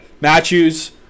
Matthews